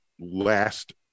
last